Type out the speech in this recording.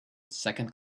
second